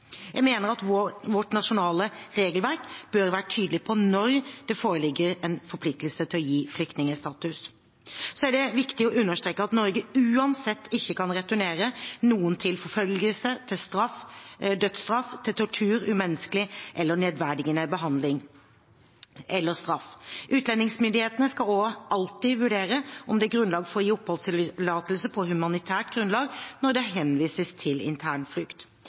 Jeg mener at vårt nasjonale regelverk bør være tydelig på når det foreligger en forpliktelse til å gi flyktningstatus. Så er det viktig å understreke at Norge uansett ikke kan returnere noen til forfølgelse, dødsstraff, tortur, umenneskelig eller nedverdigende behandling eller straff. Utlendingsmyndighetene skal også alltid vurdere om det er grunnlag for å gi oppholdstillatelse på humanitært grunnlag når det henvises til